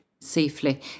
safely